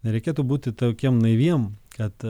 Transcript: nereikėtų būti tokiem naiviem kad